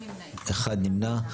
אחד נמנע.